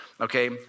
Okay